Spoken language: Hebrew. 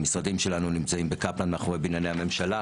המשרדים שלנו נמצאים בקפלן מאחורי בנייני הממשלה.